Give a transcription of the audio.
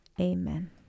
Amen